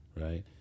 right